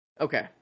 Okay